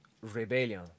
rebellion